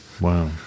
Wow